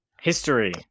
History